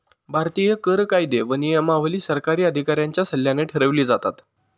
भारतीय कर कायदे व नियमावली सरकारी अधिकाऱ्यांच्या सल्ल्याने ठरवली जातात